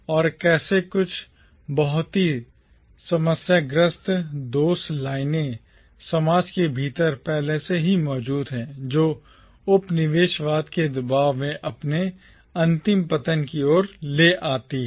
और कैसे कुछ बहुत ही समस्याग्रस्त दोष लाइनें समाज के भीतर पहले से मौजूद हैं जो उपनिवेशवाद के दबाव में अपने अंतिम पतन की ओर ले जाती हैं